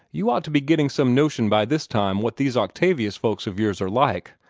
you ought to be getting some notion by this time what these octavius folks of yours are like.